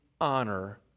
honor